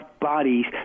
bodies